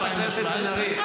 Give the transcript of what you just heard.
חברת הכנסת בן ארי,